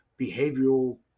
behavioral